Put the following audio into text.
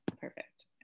Perfect